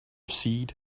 seed